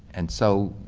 and so,